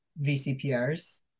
VCPRs